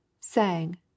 sang